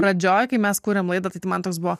pradžioj kai mes kūrėm laidą tai man toks buvo